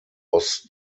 was